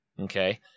Okay